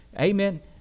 Amen